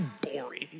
boring